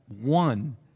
one